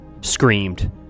screamed